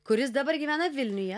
kuris dabar gyvena vilniuje